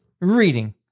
reading